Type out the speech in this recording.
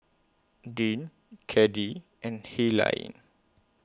Dean Caddie and Helaine